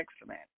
excellent